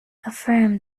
affirm